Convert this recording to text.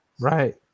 Right